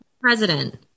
president